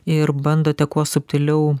ir bandote kuo subtiliau